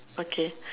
okay